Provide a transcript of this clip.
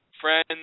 friends